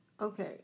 Okay